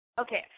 okay